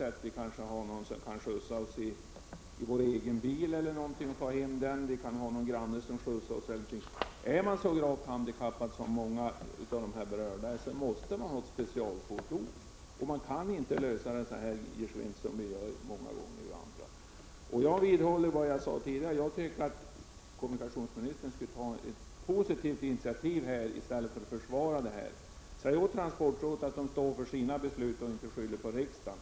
Vi har kanske någon granne som kan skjutsa oss i vår egen bil. Men om man är gravt handikappad måste man ha ett specialfordon. De handikappade kan därför inte ordna sina resor lika gesvint som vi andra kan göra. Jag vidhåller vad jag sade tidigare, att kommunikationsministern borde ta ett positivt initiativ i stället för att försvara dessa förhållanden. Säg till transportrådet att stå för sina beslut och inte skylla på riksdagen.